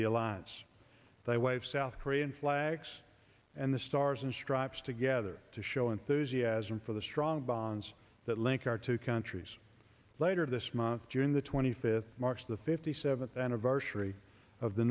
the alliance they wave south korean flags and the stars and stripes together to show enthusiasm for the strong bonds that link our two countries later this month june the twenty fifth marks the fifty seventh anniversary of the